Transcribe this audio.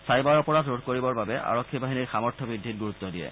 cyber অপৰাধ ৰোধ কৰিবৰ বাবে আৰক্ষী বাহিনীৰ সামৰ্থ্য বৃদ্ধিত গুৰুত্ব দিয়ে